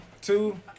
Two